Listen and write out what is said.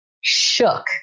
shook